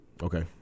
Okay